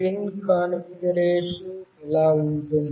pin configuration ఇలా ఉంటుంది